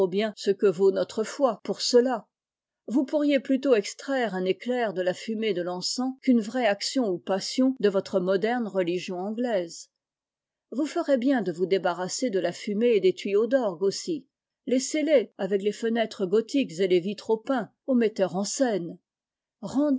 ce que vaut notre foi pour cela vous pourriez plutôt extraire un éclair de la fumée de l'encens qu'une vraie action oupassion de votre moderne religion anglaise vous ferez bien de vous débarrasser de la fumée et des tuyaux d'orgue aussi laissez-les avec les fenêtres gothiques et les vitraux peints au metteur t en scène